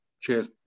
Cheers